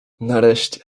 nareszcie